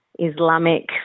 Islamic